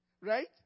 Right